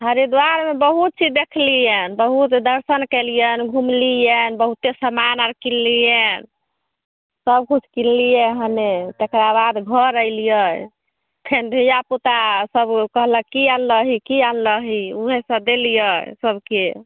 हरिद्वारमे बहुत चीज देखलियनि बहुत दर्शन केलियनि घुमलियनि बहुते सामान आर किनलियनि सब किछु किनलियै हमे तकरा बाद घर अयलियै फेन धिया पूता सब कहलक की अनलही की अनलही उहे सब देलियै सबके